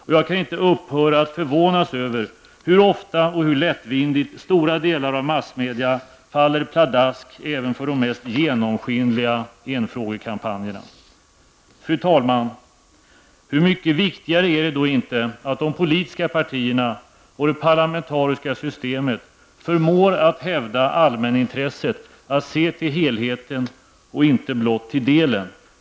Och jag kan inte upphöra att förvånas över hur ofta och hur lättvindigt stora delar av massmedia faller pladask även för de mest genomskinliga enfrågekampanjerna. Fru talman! Hur mycket viktigare är det då inte att de politiska partierna och det parlamentariska systemet förmår att hävda allmänintresset, att se till helheten och inte blott till delen.